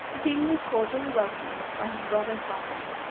the king was cordially welcomed by his brother sovereign,